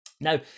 Now